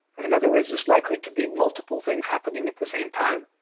in other words, it's likely to be multiple things happening at the same time.